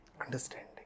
understanding